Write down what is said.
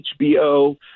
HBO